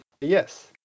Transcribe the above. Yes